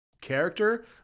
character